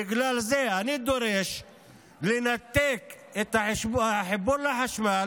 בגלל זה אני דורש לנתק את החיבור לחשמל